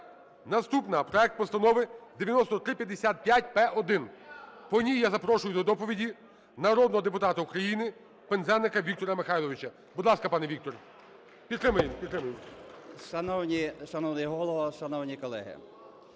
Наступна. Проект Постанови 9355-П1. По ній я запрошую до доповіді народного депутата України Пинзеника Віктора Михайловича. Будь ласка, пане Віктор. Підтримуємо,